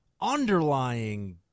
underlying